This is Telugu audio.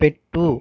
పెట్టు